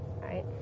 Right